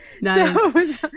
nice